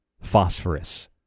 Phosphorus